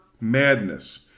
madness